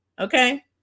okay